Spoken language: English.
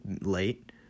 late